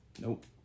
Nope